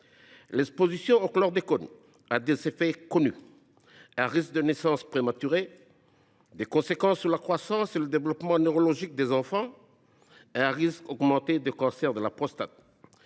L’exposition au chlordécone a des effets connus : un risque de naissance prématurée, des conséquences sur la croissance et le développement neurologique des enfants, et un risque augmenté de cancer de la prostate.